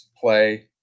play